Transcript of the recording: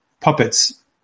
puppets